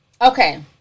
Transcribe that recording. Okay